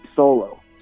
solo